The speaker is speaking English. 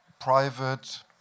private